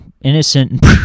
innocent